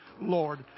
Lord